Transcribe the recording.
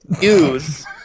use